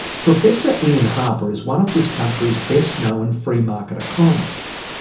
professor ian harper is one of this country's best known free market economists.